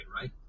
right